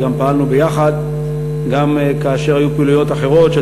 וגם פעלנו יחד גם כאשר היו פעילויות אחרות,